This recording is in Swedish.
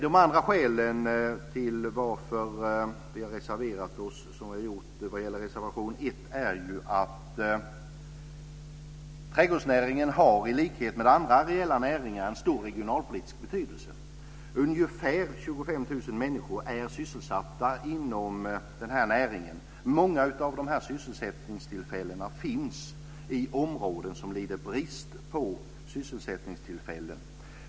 Ett annat skäl till att vi har reserverat oss i reservation 1 är att trädgårdsnäringen, i likhet med andra areella näringar, har en stor regionalpolitisk betydelse. Ungefär 25 000 människor är sysselsatta inom denna näring. Många av dessa sysselsättningstillfällen finns i områden som lider brist på sysselsättningstillfällen.